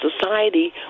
society